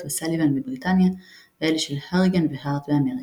וסאליבן בבריטניה ואלה של האריגן והארט באמריקה.